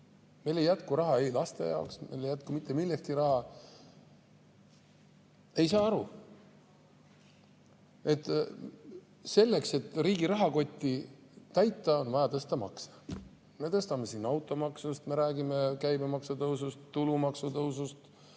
Meil ei jätku raha laste jaoks, meil ei jätku mitte millekski raha. Ei saa aru. Selleks, et riigi rahakotti täita, on vaja tõsta makse. Me [teeme] siin automaksu, me räägime käibemaksu tõusust, tulumaksu tõusust,